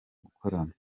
gukorana